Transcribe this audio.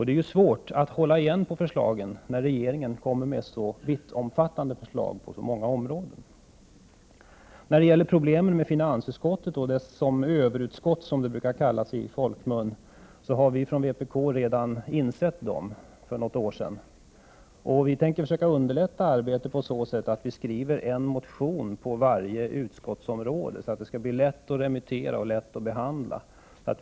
Det är svårt att hålla igen på förslagen när regeringen kommer med så vittomfattande förslag på så många områden. Vi från vpk har redan för något år sedan insett problemen med finansutskottet och dess ställning som överutskott, som det brukar kallas i folkmun. Vi tänker försöka underlätta arbetet på så sätt att vi skriver en motion på varje utskottsområde, så att det skall bli lätt att remittera och behandla förslagen.